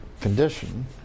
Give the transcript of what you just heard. condition